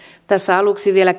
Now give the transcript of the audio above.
tässä aluksi vielä